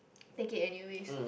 take it anyways